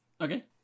okay